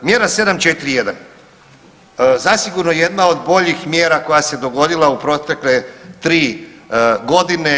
Mjera 741 zasigurno je jedna od boljih mjera koja se dogodila u protekle 3 godine.